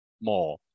more